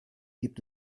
gibt